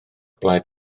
blaid